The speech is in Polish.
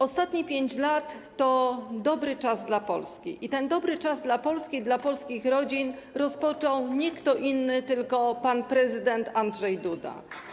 Ostatnie 5 lat to dobry czas dla Polski i ten dobry czas dla Polski i dla polskich rodzin rozpoczął nie kto inny, tylko pan prezydent Andrzej Duda.